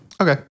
Okay